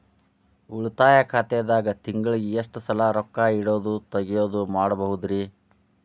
ಉಳಿತಾಯ ಖಾತೆದಾಗ ತಿಂಗಳಿಗೆ ಎಷ್ಟ ಸಲ ರೊಕ್ಕ ಇಡೋದು, ತಗ್ಯೊದು ಮಾಡಬಹುದ್ರಿ?